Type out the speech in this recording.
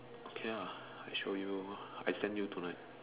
okay ah I show you I send you tonight